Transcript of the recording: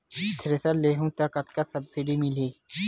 Thresher लेहूं त कतका सब्सिडी मिलही?